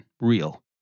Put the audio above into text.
real